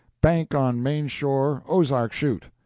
bank on main shore ozark chute.